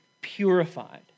purified